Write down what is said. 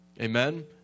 Amen